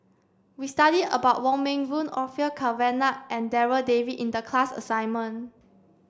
we studied about Wong Meng Voon Orfeur Cavenagh and Darryl David in the class assignment